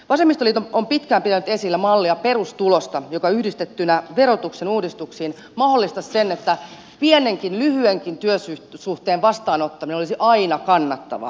vasemmistoliitto on pitkään pitänyt esillä mallia perustulosta joka yhdistettynä verotuksen uudistuksiin mahdollistaisi sen että pienenkin lyhyenkin työsuhteen vastaanottaminen olisi aina kannattavaa